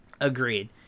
Agreed